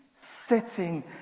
sitting